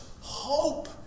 hope